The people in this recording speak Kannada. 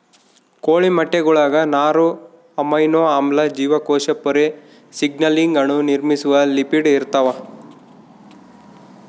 ಕೋಳಿ ಮೊಟ್ಟೆಗುಳಾಗ ನಾರು ಅಮೈನೋ ಆಮ್ಲ ಜೀವಕೋಶ ಪೊರೆ ಸಿಗ್ನಲಿಂಗ್ ಅಣು ನಿರ್ಮಿಸುವ ಲಿಪಿಡ್ ಇರ್ತಾವ